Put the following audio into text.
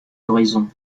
horizons